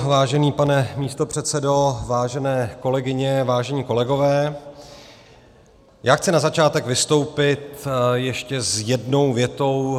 Vážený pane místopředsedo, vážené kolegyně, vážení kolegové, já chci na začátek vystoupit ještě s jednou větou.